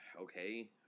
Okay